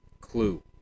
Clue